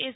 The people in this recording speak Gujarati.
એસ